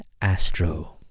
Astro